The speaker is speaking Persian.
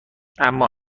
اما